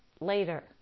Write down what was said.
later